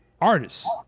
artists